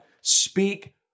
speak